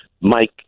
Mike